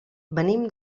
venim